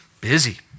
Busy